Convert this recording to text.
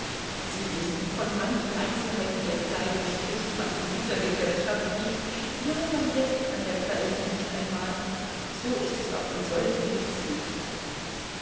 sie wissen von manchen einzelheiten der kleidung spricht man in guter gesellschaft nicht ja man denkt an dergleichen nicht einmal so ist es auch mit solchen beziehungen